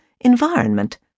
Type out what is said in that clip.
Environment